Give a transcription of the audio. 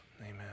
Amen